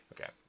okay